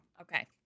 Okay